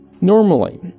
Normally